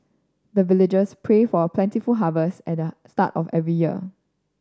the villagers pray for plentiful harvest at the start of every year